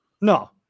No